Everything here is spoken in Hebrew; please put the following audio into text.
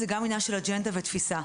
זה גם עניין של אג'נדה ותפיסה.